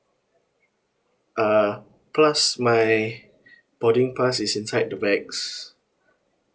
uh plus my boarding pass is inside the bags